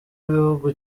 b’ibihugu